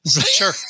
Sure